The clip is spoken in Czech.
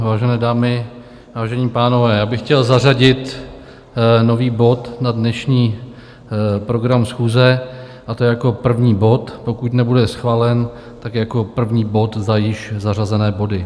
Vážené dámy, vážení pánové, chtěl bych zařadit nový bod na dnešní program schůze, a to jako první bod; pokud nebude schválen, tak jako první bod za již zařazené body.